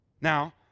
Now